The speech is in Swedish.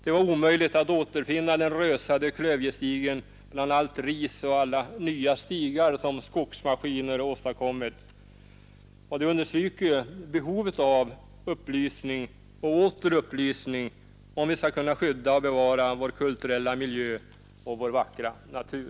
Det var omöjligt att återfinna den rösade klövjestigen bland allt ris och alla nya stigar som skogsmaskiner åstadkommit. Det understryker behovet av upplysning och åter upplysning om vi skall kunna skydda och bevara vår kulturella miljö och vår vackra natur.